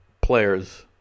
players